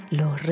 los